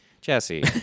Jesse